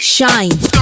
Shine